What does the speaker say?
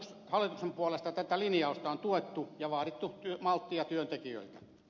hallituksen puolesta tätä linjausta on tuettu ja vaadittu malttia työntekijöiltä